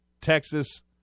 texas